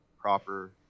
proper